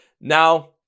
Now